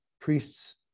priests